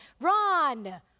Run